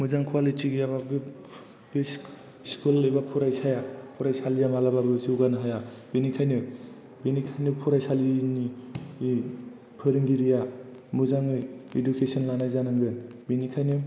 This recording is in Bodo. मोजां कुवालिटि गैयाबा बे स्कुल एबा फरायसाया फरायसालिया मालाबाबो जौगानो हाया बेनिखायनो फरायसालिनि फोरोंगिरिया मोजाङै इडुकेस'न लानाय जानांगोन बेनिखायनो